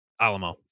Alamo